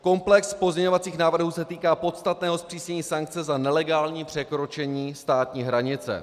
Komplex pozměňovacích návrhů se týká podstatného zpřísnění sankce za nelegální překročení státní hranice.